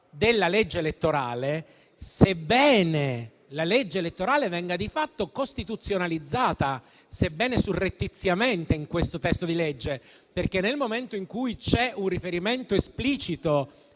della legge elettorale, sebbene la legge elettorale venga di fatto costituzionalizzata surrettiziamente nel testo di legge in esame. Nel momento in cui c'è un riferimento esplicito